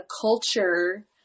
culture